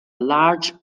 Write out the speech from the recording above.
large